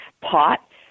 pot